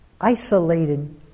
isolated